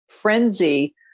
frenzy